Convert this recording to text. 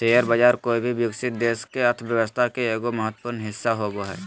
share बाज़ार कोय भी विकसित देश के अर्थ्व्यवस्था के एगो महत्वपूर्ण हिस्सा होबो हइ